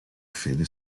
fede